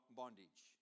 bondage